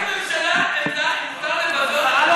אין לממשלה עמדה אם מותר לבזות את הנשיא?